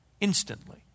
instantly